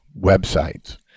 websites